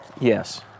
Yes